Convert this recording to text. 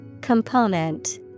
Component